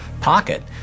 pocket